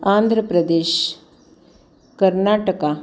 Andhra Pradesh Karnataka